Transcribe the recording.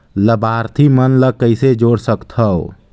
लाभार्थी मन ल कइसे जोड़ सकथव?